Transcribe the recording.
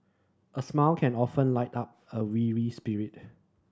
a smile can often lift up a weary spirit